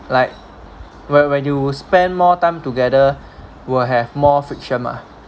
like when when do you spend more time together will have more friction mah